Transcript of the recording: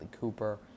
Cooper